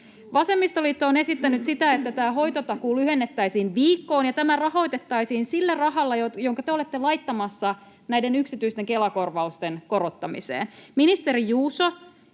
Vasemmistoliitto on esittänyt sitä, että tämä hoitotakuu lyhennettäisiin viikkoon ja tämä rahoitettaisiin sillä rahalla, jonka te olette laittamassa yksityisten Kela-korvausten korottamiseen. Ministeri Juuso,